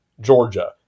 Georgia